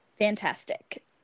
Fantastic